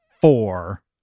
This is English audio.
four